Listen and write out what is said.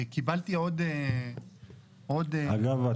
אגב,